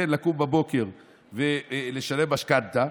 כן, לקום בבוקר ולשלם משכנתה.